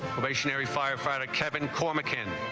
missionary firefighter kevin cormack in